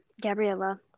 gabriella